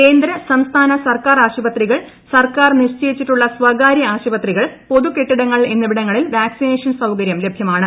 കേന്ദ്ര സംസ്ഥാന സ്റ്റ്ക്കാർ ആശുപത്രികൾ സർക്കാർ നിശ്ചയിച്ചിട്ടുള്ള സ്കാര്യ ആശുപത്രികൾ പൊതുകെട്ടിടങ്ങൾ എന്നിവിടങ്ങളിൽ വാക്സിനേഷൻ സൌകര്യം ലഭ്യമാണ്